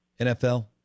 NFL